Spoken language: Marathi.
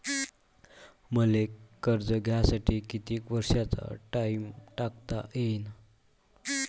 मले कर्ज घ्यासाठी कितीक वर्षाचा टाइम टाकता येईन?